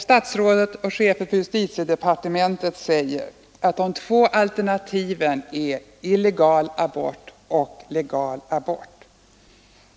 Herr talman! Justitieministern säger att de två alternativen är illegal abort och legal abort.